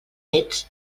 néts